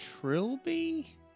Trilby